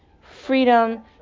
freedom